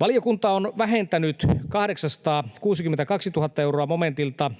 Valiokunta on vähentänyt 862 000 euroa momentilta